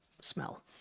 smell